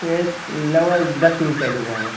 یہ لگ بھگ دس منٹ پہلے ہوا ہوگا